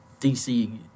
DC